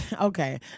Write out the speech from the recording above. Okay